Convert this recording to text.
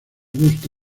gusto